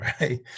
right